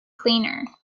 cleaner